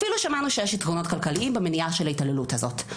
אפילו שמענו שיש יתרונות כלכליים במניעה של ההתעללות הזאת.